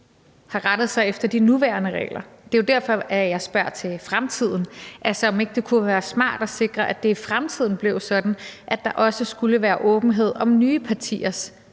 har rettet sig efter de nuværende regler. Det er jo derfor jeg spørger til fremtiden, altså om ikke det kunne være smart at sikre, at det i fremtiden blev sådan, at der også skulle være åbenhed om nye partiers